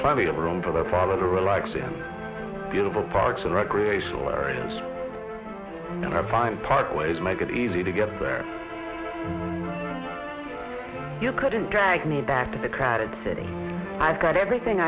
plenty of room for the father likes him beautiful parks and recreational areas and i find part ways make it easy to get there you couldn't drag me back to the crowded city i've got everything